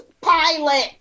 pilot